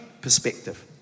perspective